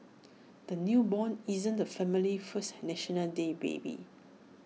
the newborn isn't the family's first National Day baby